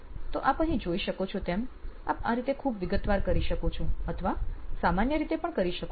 તો આપ અહીં જોઈ શકો છો તેમ આપ આ રીતે ખુબ વિગતવાર કરી શકો છો અથવા સામાન્ય રીતે પણ કરી શકો છો